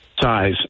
size